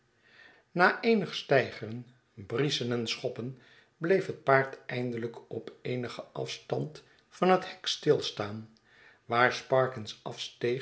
na eenig steigeren brieschen en schoppen bleef het paard eindelijk op eenigen afstand van het hek stilstaan waar sparkins